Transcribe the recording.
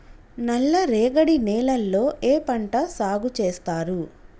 నల్లరేగడి నేలల్లో ఏ పంట సాగు చేస్తారు?